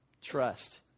Trust